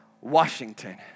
Washington